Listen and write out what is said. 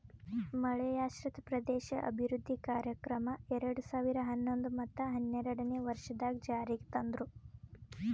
ಮಳೆಯಾಶ್ರಿತ ಪ್ರದೇಶ ಅಭಿವೃದ್ಧಿ ಕಾರ್ಯಕ್ರಮ ಎರಡು ಸಾವಿರ ಹನ್ನೊಂದು ಮತ್ತ ಹನ್ನೆರಡನೇ ವರ್ಷದಾಗ್ ಜಾರಿಗ್ ತಂದ್ರು